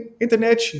Internet